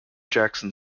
jackson